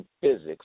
physics